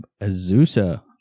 Azusa